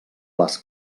les